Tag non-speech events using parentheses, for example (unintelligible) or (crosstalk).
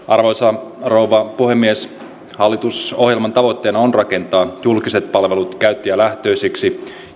(unintelligible) arvoisa rouva puhemies hallitusohjelman tavoitteena on rakentaa julkiset palvelut käyttäjälähtöisiksi